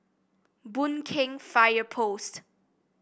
Boon Keng Fire Post